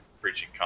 preaching